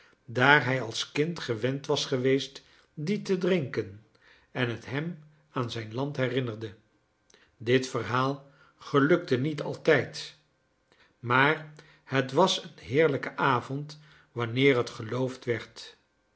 daar hij als kind gewend was geweest die te drinken en het hem aan zijn land herinnerde dit verhaal gelukte niet altijd maar het was een heerlijke avond wanneer het geloofd werd